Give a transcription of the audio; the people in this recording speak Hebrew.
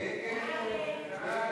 מאיר כהן,